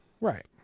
Right